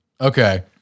Okay